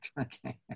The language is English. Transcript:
Okay